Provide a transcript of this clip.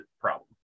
problem